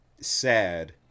sad